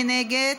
מי נגד?